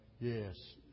Yes